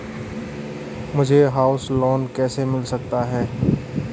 मुझे house loan कैसे मिल सकता है?